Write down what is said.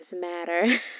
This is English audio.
Matter